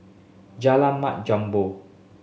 Jalan Mat Jambol